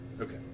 Okay